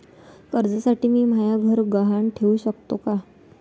कर्जसाठी मी म्हाय घर गहान ठेवू सकतो का